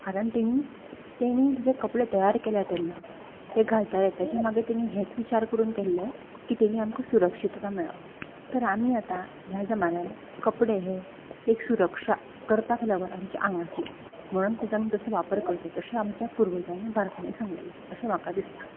कारण ताणी ताणी जे कपडे तयार केल्या तेन्ना ते घालताले ताच्या मागीर ताणी हेच विचार करून केल्ले की तेणी आमकां सुरक्षितता मेळप तर आमी आतां ह्या जमान्यान कपडे हे एक सुरक्षा करपाक लागून आमच्या आंगाची म्हणून ताजो आमी तसो वापर करचो तशें आमच्या पुर्वजांनी भारतांनी सांगललें अशें म्हाका दिसता